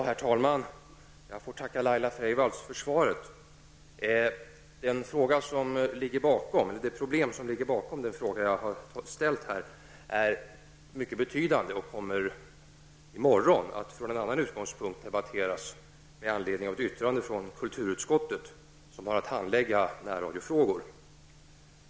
Herr talman! Jag får tacka Laila Freivalds för svaret. Det problem som ligger bakom den fråga som jag här har ställt är mycket betydande och kommer i morgon att debatteras från en annan utgångspunkt med anledning av ett yttrande från kulturutskottet, som har att handlägga närradiofrågor.